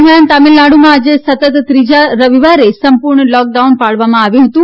દરમિયાન તામીલનાડુમાં આજે સતત ત્રીજા રવિવરે સંપુર્ણ લોકડાઉન પાળવામાં આવ્યુ હતું